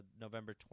November